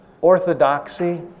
orthodoxy